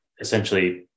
essentially